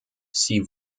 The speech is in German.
sie